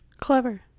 clever